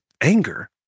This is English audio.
anger